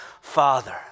father